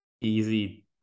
easy